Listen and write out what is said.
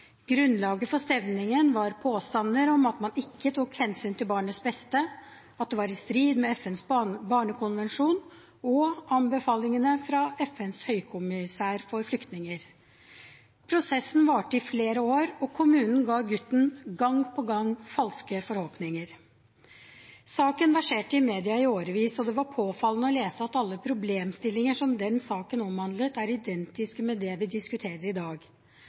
Grunnlaget for stevningen var påstander om at man ikke tok hensyn til barnets beste, at det var i strid med FNs barnekonvensjon og anbefalingene fra FNs høykommissær for flyktninger. Prosessen varte i flere år, og kommunen ga gutten gang på gang falske forhåpninger. Saken verserte i media i årevis, og det var påfallende å lese at alle problemstillinger som den saken omhandlet, er identiske med det vi diskuterer i dag.